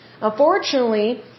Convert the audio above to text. Unfortunately